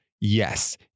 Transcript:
Yes